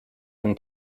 been